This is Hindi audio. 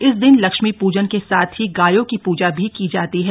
इस दिन लक्ष्मी पूजन के साथ ही गायों की पूजा भी की जाती है